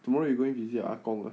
tomorrow you going visit your 阿公 ah